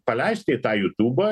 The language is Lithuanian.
paleisti į tą jutūbą